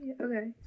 Okay